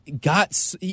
got